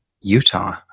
utah